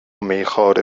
میخواره